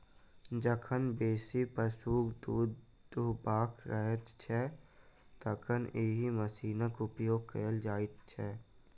जखन बेसी पशुक दूध दूहबाक रहैत छै, तखन एहि मशीनक उपयोग कयल जाइत छै